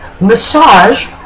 massage